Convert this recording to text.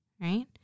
Right